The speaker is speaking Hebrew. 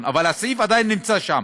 המיליון, אבל הסעיף עדיין נמצא שם: